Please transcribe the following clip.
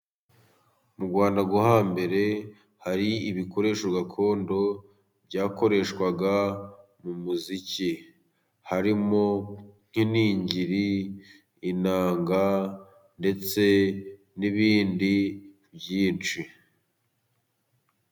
Mu Rwanda rwo hambere hari ibikoresho gakondo byakoreshwaga mu muziki harimo nk'iningiri ,inanga ndetse n'ibindi byinshi.